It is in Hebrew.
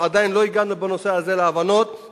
עדיין לא הגענו בנושא הזה להבנות,